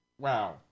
Wow